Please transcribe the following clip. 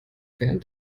während